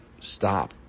stop